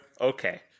okay